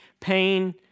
pain